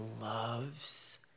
loves